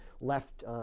left